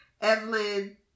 Evelyn